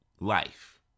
life